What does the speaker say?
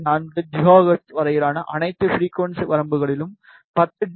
4 gigahertz வரையிலான அனைத்து frequency வரம்பிலும் 10 டி